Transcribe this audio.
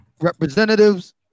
representatives